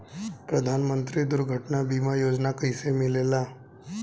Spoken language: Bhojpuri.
प्रधानमंत्री दुर्घटना बीमा योजना कैसे मिलेला?